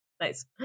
Nice